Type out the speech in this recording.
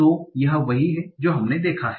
तो यह वही है जो हमने देखा है